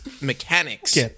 mechanics